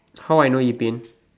how I know he pain